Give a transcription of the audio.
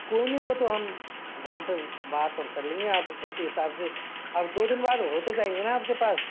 कोई नहीं वह तो हम वहाँ पर बात कर लेंगे आप उसी हिसाब से अब दो दिन बाद हो तो जाएंगे न आपके पास